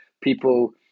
people